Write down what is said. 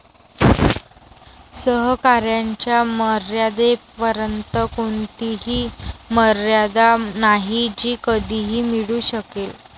सहकार्याच्या मर्यादेपर्यंत कोणतीही मर्यादा नाही जी कधीही मिळू शकेल